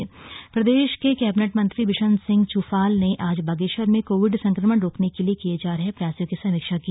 Bageshwar corona समीक्षा प्रदेश के कैबिनेट मंत्री बिशन सिंह चुफाल ने आज बागेश्वर में कोविड संक्रमण रोकने के लिये किये जा रहे प्रयासों की समीक्षा की